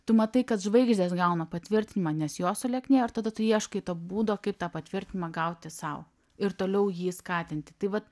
tu matai kad žvaigždės gauna patvirtinimą nes jos sulieknėjo ir tada tu ieškai to būdo kaip tą patvirtinimą gauti sau ir toliau jį skatinti tai vat